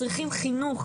צריכים חינוך,